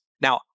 Now